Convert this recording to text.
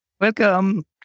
Welcome